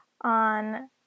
on